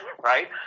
right